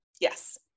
Yes